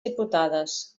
diputades